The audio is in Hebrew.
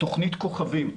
תוכנית כוכבים,